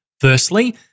Firstly